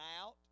out